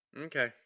Okay